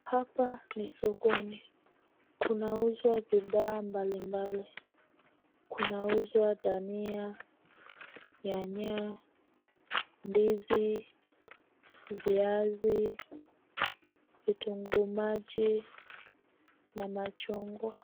Hapa ni sokoni. Kunauzwa bidhaa mbalimbali. Kunauzwa dania, nyanya, ndizi, viazi, vitunguu maji, na machungwa.